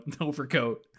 overcoat